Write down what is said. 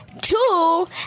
Two